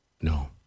no